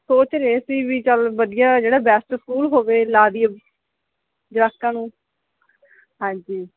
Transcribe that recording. ਸੋਚ ਰਹੇ ਸੀ ਵੀ ਚੱਲ ਵਧੀਆ ਜਿਹੜਾ ਬੈਸਟ ਸਕੂਲ ਹੋਵੇ ਲਾ ਦੀਏ ਜਵਾਕਾਂ ਨੂੰ ਹਾਂਜੀ